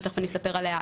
שתכף אני אספר עליה,